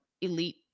elite